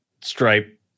stripe